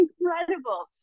incredible